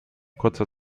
kurzer